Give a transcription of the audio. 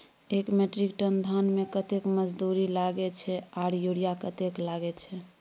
एक metric ton धान में कतेक मजदूरी लागे छै आर यूरिया कतेक लागे छै?